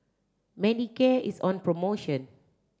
Manicare is on promotion